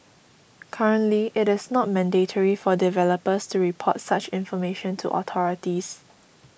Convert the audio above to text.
currently it is not mandatory for developers to report such information to authorities